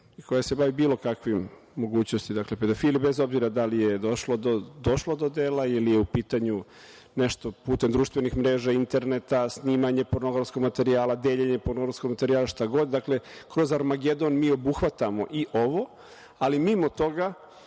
koja se bavi bilo kakvim mogućnostima pedofilije, bez obzira da li je došlo do dela ili je u pitanju nešto putem društvenih mreža, interneta, snimanje pornografskog materijala, deljenje pornografskog materijala, šta god. Dakle, kroz „Armagedon“ mi obuhvatamo i ovo, ali mimo toga